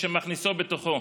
"כשמכניסו בתוכו"